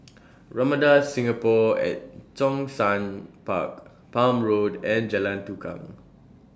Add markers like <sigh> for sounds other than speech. <noise> Ramada Singapore At Zhongshan Park Palm Road and Jalan Tukang